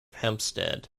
hempstead